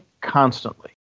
constantly